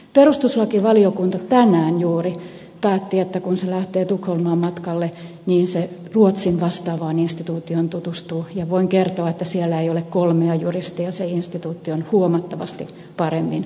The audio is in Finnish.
perustuslakivaliokunta tänään juuri päätti että kun se lähtee tukholmaan matkalle niin se ruotsin vastaavaan instituutioon tutustuu ja voin kertoa että siellä ei ole kolmea juristia se instituutti on huomattavasti paremmin resursoitu